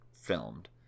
filmed